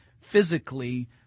physically –